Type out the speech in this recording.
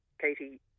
Katie